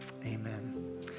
Amen